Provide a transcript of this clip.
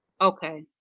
Okay